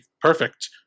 perfect